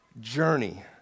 Journey